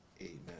amen